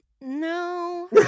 no